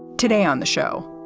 today on the show,